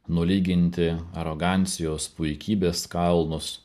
nulyginti arogancijos puikybės kalnus